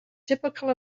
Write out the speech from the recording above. typical